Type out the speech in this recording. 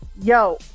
yo